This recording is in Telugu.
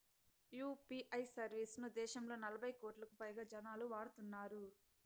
యూ.పీ.ఐ సర్వీస్ ను దేశంలో నలభై కోట్లకు పైగా జనాలు వాడుతున్నారు